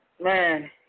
Man